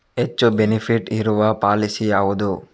ಹೆಚ್ಚು ಬೆನಿಫಿಟ್ ಇರುವ ಪಾಲಿಸಿ ಯಾವುದು?